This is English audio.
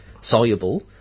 soluble